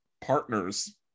partners